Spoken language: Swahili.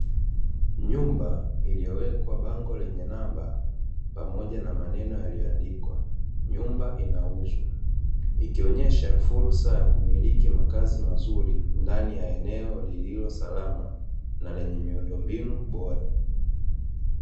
Nyumba iliyowekwa bango lenye namba pamoja na maneno yaliyoandikwa "Nyumba inauzwa" ikionyesha fursa ya kumiliki makazi mazuri ndani ya eneo lililo salama na lenye miundombinu bora.